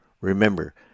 Remember